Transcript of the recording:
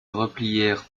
replièrent